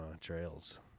trails